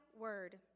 word